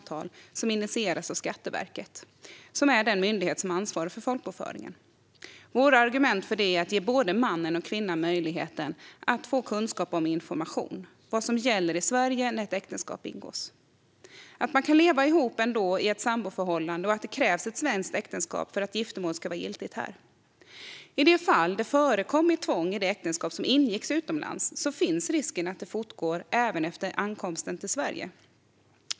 Samtalet ska initieras av Skatteverket, som är den myndighet som ansvarar för folkbokföringen. Våra argument för detta är att man ska ge både mannen och kvinnan möjligheten att få kunskap och information om vad som gäller i Sverige när ett äktenskap ingås, om att man kan leva ihop i ett samboförhållande ändå och om att det krävs ett svenskt äktenskap för att giftermålet ska vara giltigt här. I de fall där det har förekommit tvång i det äktenskap som ingicks utomlands finns risken att det fortgår även efter ankomsten till Sverige.